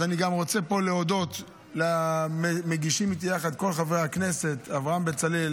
אני רוצה גם להודות פה לכל חברי הכנסת המגישים איתי יחד: אברהם בצלאל,